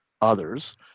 others